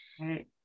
Right